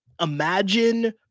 imagine